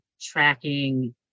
tracking